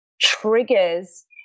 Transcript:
triggers